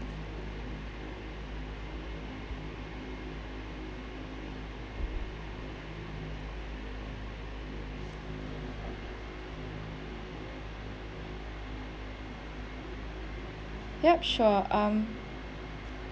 yup sure um